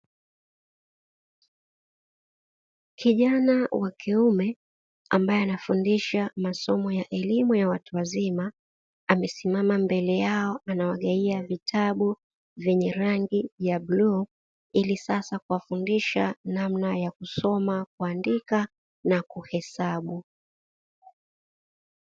Kijana wa kiume ambaye anafundisha masomo ya elimu ya watu wazima amesimama mbele yao, anawagawia vitabu venye rangi ya bluu ili sasa kuwafundisha namna ya kusoma, kuandika na kuhesabu.